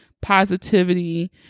positivity